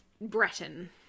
breton